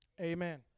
amen